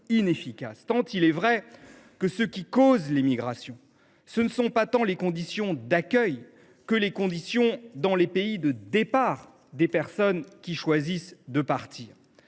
tant il est vrai que ce qui cause les migrations n’est pas tant les conditions d’accueil que les conditions subies, dans les pays de départ, par les personnes qui choisissent de partir.